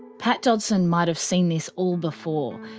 pat dodson might have seen this all before,